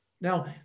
Now